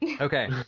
okay